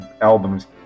albums